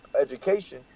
education